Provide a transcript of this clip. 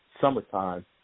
summertime